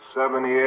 78